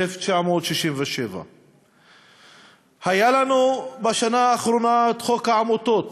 1967. היה לנו בשנה האחרונה את חוק העמותות,